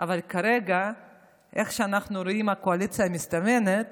אבל כרגע כמו שאנחנו רואים את הקואליציה המסתמנת